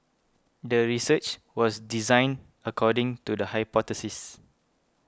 the research was designed according to the hypothesis